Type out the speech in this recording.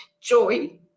joy